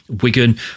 Wigan